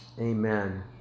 Amen